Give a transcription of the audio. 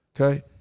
okay